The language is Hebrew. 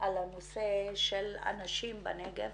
על הנושא של הנשים בנגב